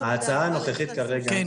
ההצעה הנוכחית כרגע --- רק על עובדי הבמה?